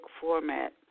format